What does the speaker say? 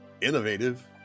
Innovative